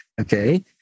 okay